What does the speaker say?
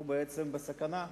הוא בעצם בסכנה.